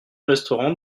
restaurant